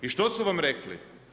I što su vam rekli?